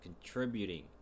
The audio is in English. contributing